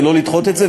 ולא לדחות את זה,